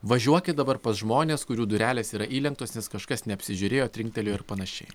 važiuokit dabar pas žmones kurių durelės yra įlenktos nes kažkas neapsižiūrėjo trinktelėjo ir panašiai